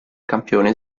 campione